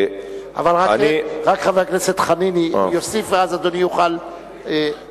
רק חבר הכנסת חנין יוסיף, ואז אדוני יוכל להשיב.